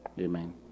Amen